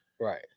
Right